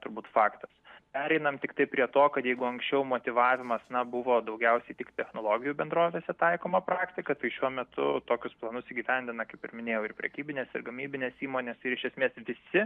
turbūt faktas pereinam tiktai prie to kad jeigu anksčiau motyvavimas na buvo daugiausiai tik technologijų bendrovėse taikoma praktika tai šiuo metu tokius planus įgyvendina kaip ir minėjau ir prekybinės ir gamybinės įmonės ir iš esmės visi